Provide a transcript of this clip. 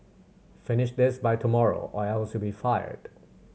finish this by tomorrow or else you'll be fired